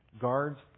guards